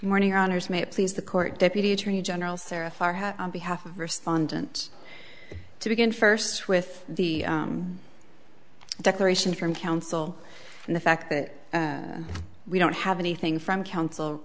morning honors may please the court deputy attorney general sara farhad on behalf of respondent to begin first with the declaration from counsel and the fact that we don't have anything from counsel